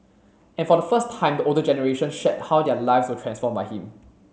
and for the first time the older generation shared how their lives were transformed by him